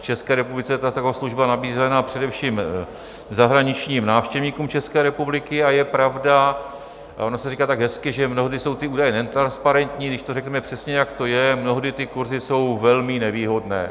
V České republice je tato služba nabízena především zahraničním návštěvníkům České republiky a je pravda a ono se to říká tak hezky, že mnohdy jsou ty údaje netransparentní když to řekneme přesně, jak to je, mnohdy ty kurzy jsou velmi nevýhodné.